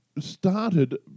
started